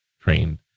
trained